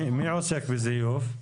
מי עוסק בזיוף?